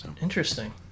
interesting